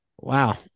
wow